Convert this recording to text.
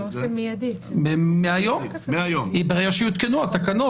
מהיום, ברגע שיותקנו התקנות.